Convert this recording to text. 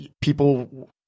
people